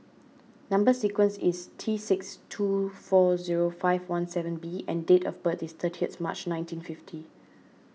Number Sequence is T six two four zero five one seven B and date of birth is thirtieth March nineteen fifty